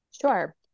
Sure